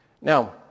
Now